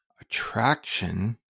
attraction